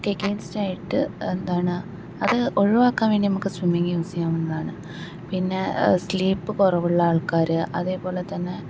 against ആയിട്ട് എന്താണ് അത് ഒഴിവാക്കാൻ വേണ്ടി നമുക്ക് സ്വിമ്മിങ്ങ് യൂസ് ചെയ്യാവുന്നതാണ് പിന്നെ സ്ലീപ്പ് കുറവുള്ള ആൾക്കാര് അതേപോലെ തന്നെ